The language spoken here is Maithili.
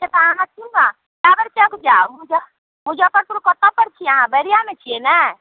से तऽ अहाँ सुनू ने टावर चौक जाउ मुज मुजफ्फरपुर कत्तऽपर छी अहाँ बैरियामे छियै ने